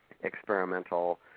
experimental